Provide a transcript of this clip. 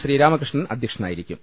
ശ്രീരാമകൃഷ്ണൻ അധ്യക്ഷനായിരിക്കും